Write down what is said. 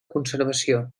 conservació